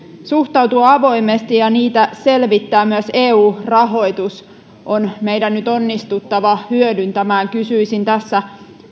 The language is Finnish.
suhtautua avoimesti ja niitä selvittää myös eu rahoitus on meidän nyt onnistuttava hyödyntämään kysyisin tässä